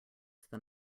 than